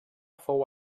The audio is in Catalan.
fou